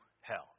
hell